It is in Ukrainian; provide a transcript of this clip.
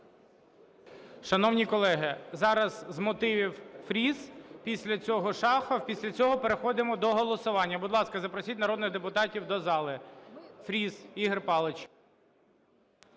Шановні колеги, зараз з мотивів – Фріс, після цього – Шахов, після цього переходимо до голосування. Будь ласка, запросіть народних депутатів до залу. Фріс Ігор Павлович.